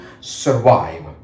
survive